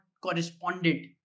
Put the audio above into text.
corresponded